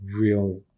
real